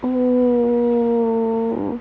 oh